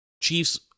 Chiefs